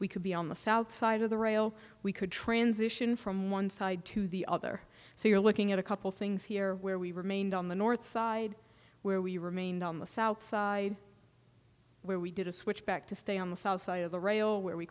we could be on the south side of the rail we could transition from one side to the other so you're looking at a couple things here where we remained on the north side where we remained on the south side where we did a switch back to stay on the south side of the rail where we